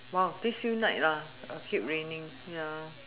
this few night lah keep raining ya